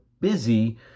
busy